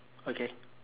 okay